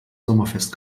sommerfest